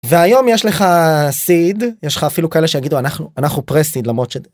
והיום יש לך סיד, יש לך אפילו כאלה שיגידו אנחנו אנחנו פרה-סיד למרות ש...